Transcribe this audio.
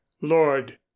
Lord